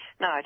No